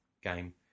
game